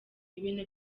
ibintu